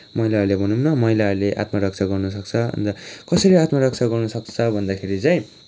महिलाहरूले भनौँ न महिलाहरूले आत्मरक्षा गर्न सक्छ अन्त कसरी आत्मरक्षा गर्न सक्छ भन्दाखेरि चाहिँ